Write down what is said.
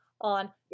on